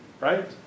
Right